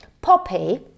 Poppy